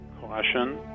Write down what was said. caution